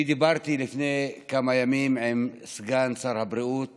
דיברתי לפני כמה ימים עם סגן שר הבריאות